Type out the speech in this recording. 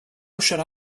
should